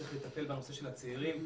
צריך לטפל בנושא של הצעירים,